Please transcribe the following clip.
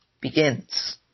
begins